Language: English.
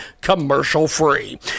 commercial-free